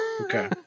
okay